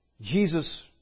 Jesus